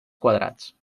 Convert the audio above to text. quadrats